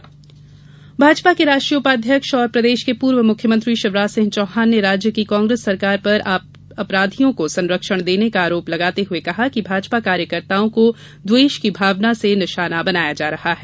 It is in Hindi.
शिवराज आरोप भाजपा के राष्ट्रीय उपाध्यक्ष और प्रदेश के पूर्व मुख्यमंत्री शिवराज सिंह चौहान ने राज्य की कांग्रेस सरकार पर अपराधियों को संरक्षण देने का आरोप लगाते हुए कहा कि भाजपा कार्यकर्ताओ को द्वेष की भावना में रखकर निशाना बनाया जा रहा है